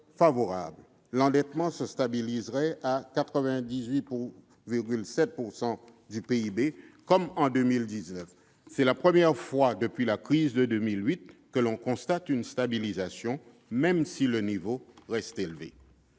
l'endettement se stabiliserait à 98,7 % du PIB, comme en 2019. C'est la première fois depuis la crise de 2008 que l'on constate une stabilisation, même si le niveau d'endettement